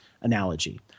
analogy